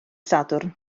sadwrn